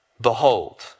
Behold